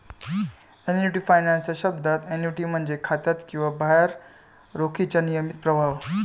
annuity finance च्या शब्दात, annuity म्हणजे खात्यात किंवा बाहेर रोखीचा नियमित प्रवाह